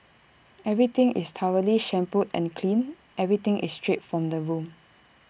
everything is thoroughly shampooed and cleaned everything is stripped from the room